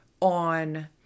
on